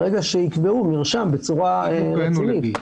ברגע שיקבעו מרשם בצורה רצינית.